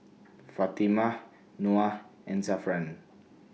Fatimah Noah and Zafran